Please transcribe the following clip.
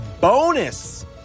bonus